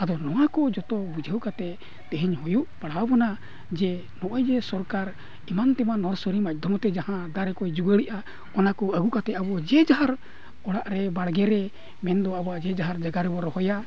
ᱟᱫᱚ ᱱᱚᱣᱟ ᱠᱚ ᱡᱚᱛᱚ ᱵᱩᱡᱷᱟᱹᱣ ᱠᱟᱛᱮᱫ ᱛᱮᱦᱮᱧ ᱦᱩᱭᱩᱜ ᱯᱟᱲᱦᱟᱣ ᱵᱚᱱᱟ ᱡᱮ ᱱᱚᱜᱼᱚᱭ ᱡᱮ ᱥᱚᱨᱠᱟᱨ ᱮᱢᱟᱱᱼᱛᱮᱢᱟᱱ ᱱᱚᱣᱟ ᱥᱟᱹᱨᱤ ᱢᱟᱫᱽᱫᱷᱚᱢ ᱟᱛᱮ ᱡᱟᱦᱟᱸ ᱫᱟᱨᱮ ᱠᱚ ᱡᱩᱣᱟᱹᱲᱮᱜᱼᱟ ᱚᱱᱟ ᱠᱚ ᱟᱹᱜᱩ ᱠᱟᱛᱮᱫ ᱟᱵᱚ ᱡᱮ ᱡᱟᱦᱟᱨ ᱚᱲᱟᱜ ᱨᱮ ᱵᱟᱲᱜᱮ ᱨᱮ ᱢᱮᱱᱫᱚ ᱟᱵᱚᱣᱟᱜ ᱡᱮ ᱡᱟᱦᱟᱨ ᱡᱟᱭᱜᱟ ᱨᱮᱵᱚᱱ ᱨᱚᱦᱚᱭᱟ